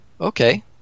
okay